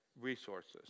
resources